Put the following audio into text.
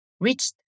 reached